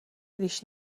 když